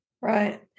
Right